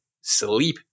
sleep